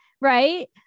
right